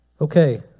Okay